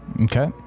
Okay